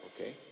okay